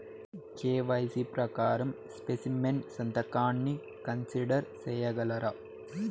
KYC ప్రకారం specimen సంతకాన్ని consider సేయగలరా?